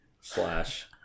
slash